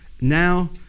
Now